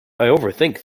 overthink